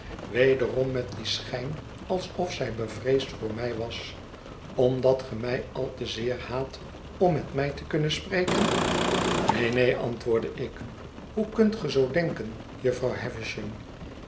wederom met dienschijn alsof zij bevreesd voor mij was omdat ge mij al te zeer haatommetmij te kunnen spreken neen neen antwoordde ik hoe kunt ge zoo denken jufvrouw